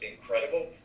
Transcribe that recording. incredible